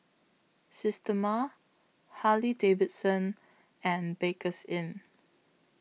Systema Harley Davidson and